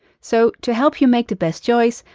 so to help you make the best choice,